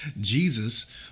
Jesus